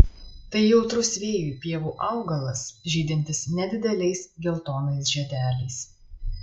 tai jautrus vėjui pievų augalas žydintis nedideliais geltonais žiedeliais